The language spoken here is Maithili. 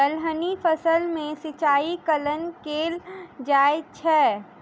दलहनी फसल मे सिंचाई कखन कैल जाय छै?